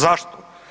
Zašto?